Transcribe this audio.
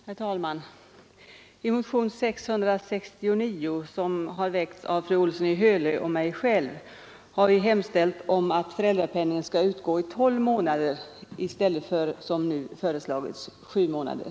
Herr talman! I motionen 669, som har väckts av fru Olsson i Hölö och mig, har vi hemställt att föräldrapenning skall utgå i tolv månader i stället för, som föreslås i propositionen, sju månader.